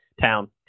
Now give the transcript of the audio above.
town